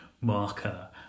marker